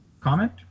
comment